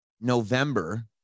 November